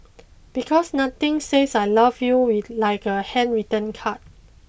because nothing says I love you like a handwritten card